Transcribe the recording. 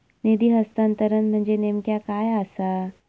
निधी हस्तांतरण म्हणजे नेमक्या काय आसा?